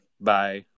Bye